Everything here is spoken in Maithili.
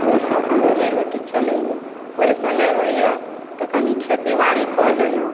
तऽ ओहिसँ अपन रोजी रोटी चलैए ओहिसँ नहि होइए तऽ कनि खेती बाड़ी कऽ लेलहुँ